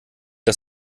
das